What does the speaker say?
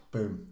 Boom